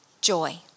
joy